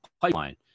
pipeline